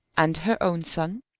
and her own son,